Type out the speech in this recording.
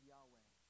Yahweh